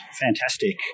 Fantastic